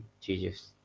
Jesus